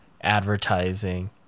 advertising